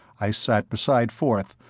i sat beside forth,